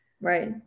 right